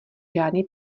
žádný